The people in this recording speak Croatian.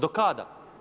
Do kada?